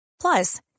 Plus